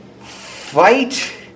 fight